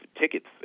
tickets